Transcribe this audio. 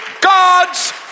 God's